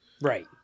Right